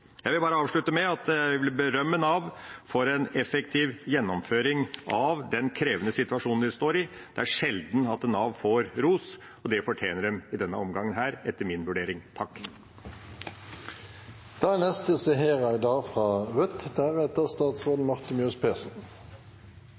Jeg vil avslutte med å berømme Nav for en effektiv gjennomføring i den krevende situasjonen vi står i. Det er sjelden at Nav får ros. Det fortjener de i denne omgangen, etter min vurdering. Koronapandemien var en tung tid for de fleste. Et lyspunkt var at vi fikk se